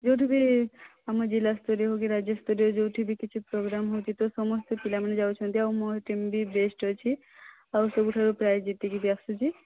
ଯେଉଁଠି ବି ଆମ ଜିଲ୍ଲାସ୍ତରୀୟ ହେଉ କି ରାଜ୍ୟସ୍ତରୀୟ ଯେଉଁଠି ବି କିଛି ପ୍ରୋଗ୍ରାମ୍ ହେଉଛି ତ ସମସ୍ତେ ପିଲାମାନେ ଯାଉଛନ୍ତି ଆଉ ମୋ ଟିମ୍ ବି ବେଷ୍ଟ ଅଛି ଆଉ ସବୁଠାରୁ ପ୍ରାଇଜ୍ ଜିତିକି ବି ଆସୁଛି